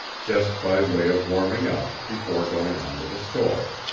just by way of warming up, before going on to the store.